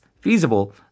feasible